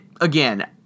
again